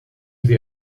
sie